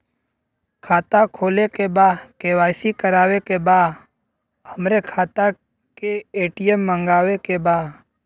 खाता खोले के बा के.वाइ.सी करावे के बा हमरे खाता के ए.टी.एम मगावे के बा?